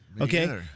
Okay